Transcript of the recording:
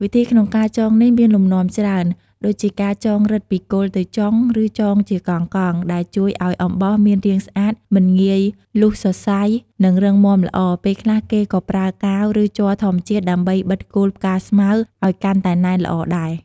វិធីក្នុងការចងនេះមានលំនាំច្រើន ដូចជាការចងរឹតពីគល់ទៅចុង ឬចងជាកងៗ ដែលជួយឲ្យអំបោសមានរាងស្អាត មិនងាយរលុះសរសៃ និងរឹងមាំល្អ ពេលខ្លះគេក៏ប្រើកាវ ឬជ័រធម្មជាតិដើម្បីបិទគល់ផ្កាស្មៅឲ្យកាន់តែណែនល្អដែរ។